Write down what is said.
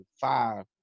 five